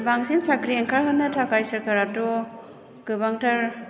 बांसिन साख्रि ओंखारहोनो थाखाय सोरकाराथ' गोबांथार